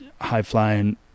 high-flying